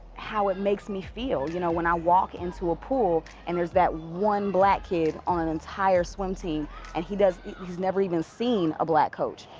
how it makes me feel, you know, when i walk into a pool and there's that one black kid on entire swim team and he does he's never even seen a black coach.